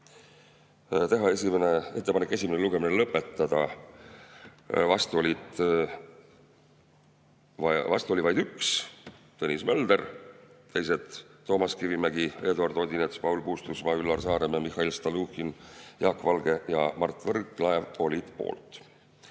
Teha ettepanek esimene lugemine lõpetada. Vastu oli vaid 1: Tõnis Mölder, teised – Toomas Kivimägi, Eduard Odinets, Paul Puustusmaa, Üllar Saaremäe, Mihhail Stalnuhhin, Jaak Valge ja Mart Võrklaev – olid poolt.